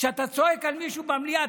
כשאתה צועק על מישהו במליאה,